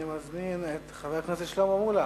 אני מזמין את חבר הכנסת שלמה מולה.